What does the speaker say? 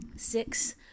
Six